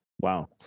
Wow